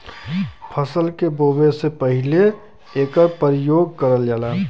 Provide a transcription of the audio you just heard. फसल के बोवे से पहिले एकर परियोग करल जाला